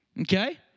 Okay